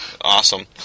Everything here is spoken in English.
Awesome